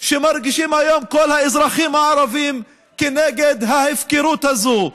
שמרגישים היום כל האזרחים הערבים כנגד ההפקרות הזו.